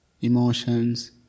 emotions